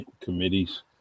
committees